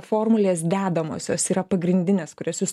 formulės dedamosios yra pagrindinės kurias jūs